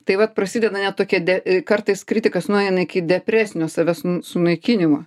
tai vat prasideda net tokie de kartais kritikas nueina iki depresinio savęs sunaikinimo